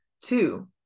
Two